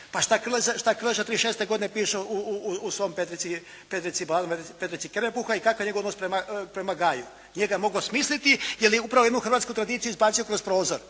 Pa šta Krleža '36. godine piše u svom "Baladama Petrice Kerempuha" i kakav je njegov odnos prema Gaju? Nije ga mogao smisliti jer je upravo imao hrvatsku tradiciju izbacio kroz prozor.